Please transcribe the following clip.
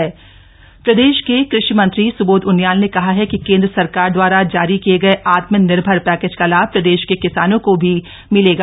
सुबोध उनियाल प्रदेश के कृषि मंत्री सुबोध उनियाल ने कहा है कि केंद्र सरकार दवारा जारी किये गए आत्मनिर्भर पैकज का लाभ प्रदेश के किसानों को भी मिलेगा